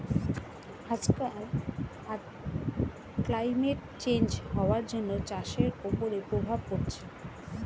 আজকাল climate change হওয়ার জন্য চাষের ওপরে প্রভাব পড়ছে